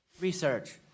research